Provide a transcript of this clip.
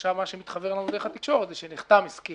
עכשיו מתחוור לנו דרך התקשורת זה שנחתם הסכם